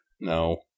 No